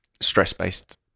stress-based